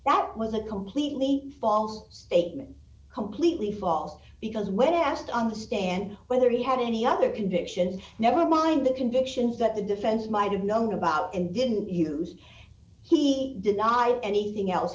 that wasn't completely false statement completely false because when asked to understand whether he had any other convictions never mind the convictions that the defense might have known about and didn't use he denied anything else